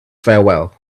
farewell